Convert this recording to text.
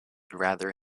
rather